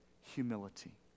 humility